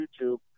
youtube